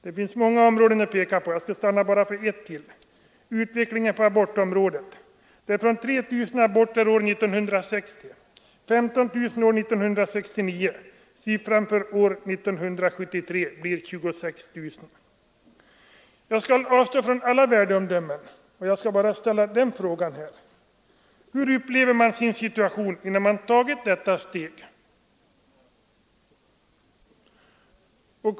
Det finns många områden att peka på, men jag skall bara stanna för ytterligare ett, utvecklingen på abortområdet. Från 3 000 aborter år 1960 har siffran ökat till 15 000 år 1969, och för år 1973 blir antalet 26 000. Jag skall avstå från alla värdeomdömen och bara ställa några frågor: Hur upplever man sin situation innan man tagit detta steg?